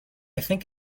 think